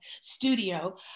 studio